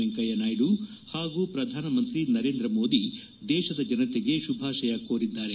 ವೆಂಕಯ್ನ ನಾಯ್ನು ಹಾಗೂ ಪ್ರಧಾನ ಮಂತ್ರಿ ನರೇಂದ್ರ ಮೋದಿ ದೇಶದ ಜನತೆಗೆ ಶುಭಾಶಯ ಕೋರಿದ್ದಾರೆ